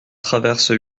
traverse